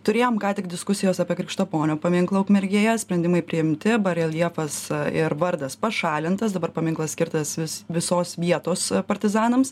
turėjom ką tik diskusijas apie krikštaponio paminklą ukmergėje sprendimai priimti bareljefas ir vardas pašalintas dabar paminklas skirtas vis visos vietos partizanams